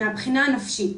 מהבחינה הנפשית